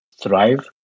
thrive